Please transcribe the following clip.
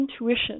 intuition